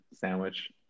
sandwich